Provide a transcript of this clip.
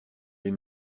l’ai